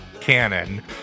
canon